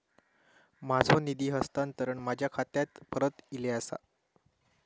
माझो निधी हस्तांतरण माझ्या खात्याक परत इले आसा